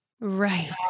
Right